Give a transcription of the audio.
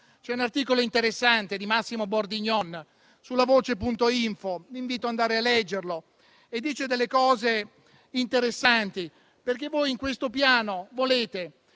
C'è un articolo interessante di Massimo Bordignon su «Lavoce.info» che vi invito a andare a leggere e che dice delle cose interessanti. Voi, in questo piano, volete